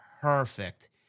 perfect